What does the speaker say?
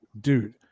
dude